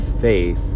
faith